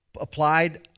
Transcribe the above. applied